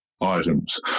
items